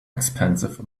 expensive